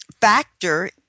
factor